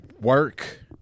Work